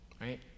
right